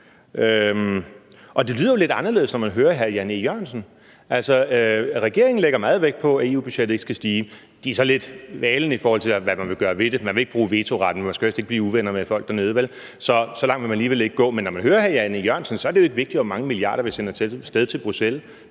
Det lyder jo lidt anderledes, når man hører hr. Jan E. Jørgensen. Altså, regeringen lægger meget vægt på, at EU-budgettet ikke skal stige. De er så lidt valne, i forhold til hvad man vil gøre ved det; man vil ikke bruge vetoretten, for man skulle jo helst ikke blive uvenner med folk dernede, vel? Så så langt vil man alligevel ikke gå. Men når man hører hr. Jan E. Jørgensen, er det ikke vigtigt, hvor mange milliarder vi sender af sted til Bruxelles,